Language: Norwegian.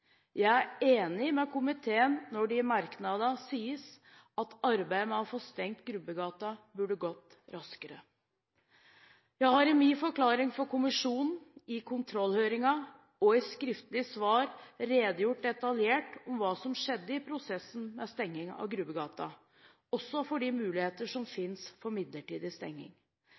Jeg er enig med komiteen når det i merknadene sies at arbeidet med å få stengt Grubbegata burde gått raskere. Jeg har i min forklaring for kommisjonen, i kontrollhøringen og i skriftlige svar redegjort detaljert for hva som skjedde i prosessen med stenging av Grubbegata, også for de muligheter som finnes for midlertidig stenging.